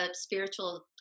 spiritual